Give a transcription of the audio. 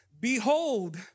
Behold